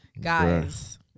guys